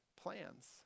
plans